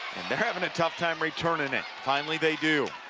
they're having a tough time returning it finally they do.